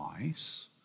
nice